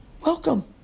welcome